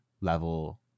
level